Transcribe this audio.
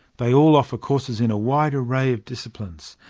they all offer courses in a wide array of disciplines,